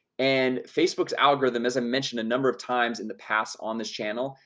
and facebook's algorithm as i mentioned a number of times in the past on this channel,